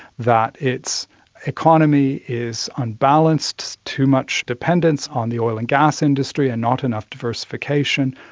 that its economy is unbalanced, too much dependence on the oil and gas industry and not enough diversification,